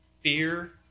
Fear